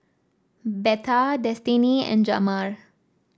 Betha Destinee and Jamar